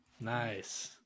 nice